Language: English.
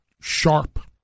sharp